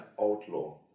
outlaw